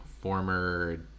former